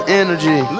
energy